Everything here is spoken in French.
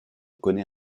connaît